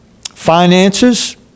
finances